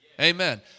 Amen